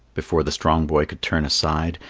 before the strong boy could turn aside,